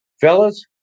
Fellas